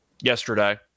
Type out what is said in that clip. yesterday